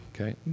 Okay